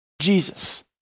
Jesus